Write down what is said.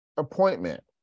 appointment